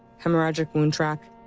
hemorrhagic wound track,